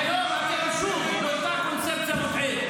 והיום אתם שוב באותה קונספציה מוטעית.